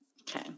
Okay